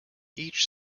each